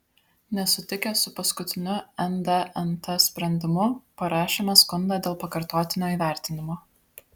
nesutikę su paskutiniu ndnt sprendimu parašėme skundą dėl pakartotinio įvertinimo